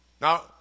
Now